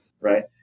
right